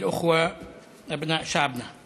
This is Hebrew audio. (אומר בערבית: אחיי, בני עמנו,